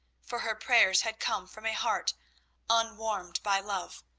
for her prayers had come from a heart unwarmed by love,